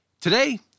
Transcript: Today